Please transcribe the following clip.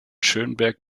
schönberg